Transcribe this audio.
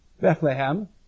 Bethlehem